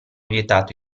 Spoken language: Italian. vietato